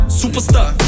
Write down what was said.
superstar